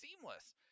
seamless